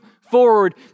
forward